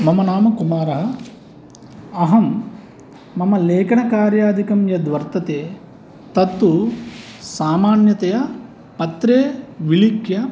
मम नाम कुमारः अहं मम लेखनकार्यादिकं यद्वर्तते तत्तु सामान्यतया पत्रे विलिख्य